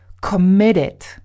committed